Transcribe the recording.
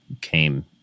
came